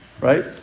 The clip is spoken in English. right